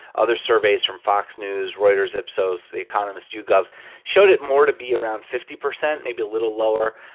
other surveys from fox news, reuters, ipsos, the economist yougov showed it more to be around fifty percent, maybe a little lower.